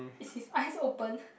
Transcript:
is his eyes open